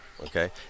Okay